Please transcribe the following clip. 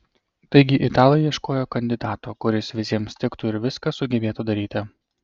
taigi italai ieškojo kandidato kuris visiems tiktų ir viską sugebėtų daryti